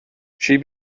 she